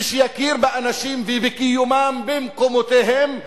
ושיכיר באנשים ובקיומם במקומותיהם,